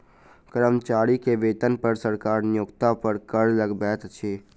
कर्मचारी के वेतन पर सरकार नियोक्ता पर कर लगबैत अछि